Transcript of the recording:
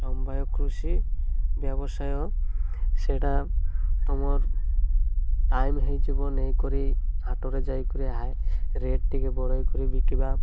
ସମବାୟ କୃଷି ବ୍ୟବସାୟ ସେଇଟା ତମର୍ ଟାଇମ୍ ହେଇଯିବ ନେଇକରି ହାଟରେ ଯାଇକରି ହାଏ ରେଟ୍ ଟିକେ ବଢ଼େଇକରି ବିକିବା